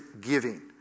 giving